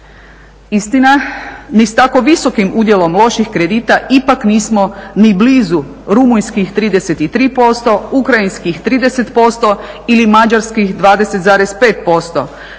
Istina, ni s tako visokim udjelom loših kredita ipak nismo ni blizu Rumunjskih 33%, Ukrajinskih 30% ili Mađarskih 20,5%,